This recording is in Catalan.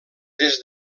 des